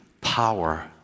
power